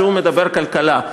שמדבר כלכלה.